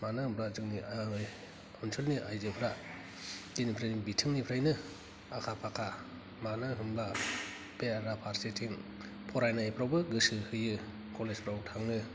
मानो होनब्ला जोंनि ओनसोलनि आइजोफ्रा जेनिबो बिथिंनिफ्रायनो आखा फाखा मानो होमबा बेराफारसेथिं फरायनायफ्रावबो गोसो होयो कलेजफ्राव थाङो